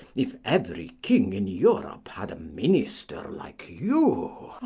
if every king in europe had a minister like you